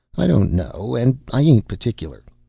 i don't know, and i ain't particular.